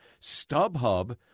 StubHub